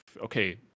okay